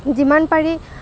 যিমান পাৰি